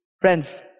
Friends